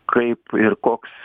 kaip ir koks